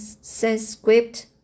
Sanskrit